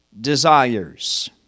desires